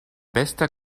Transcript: bester